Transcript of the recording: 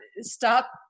stop